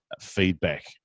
feedback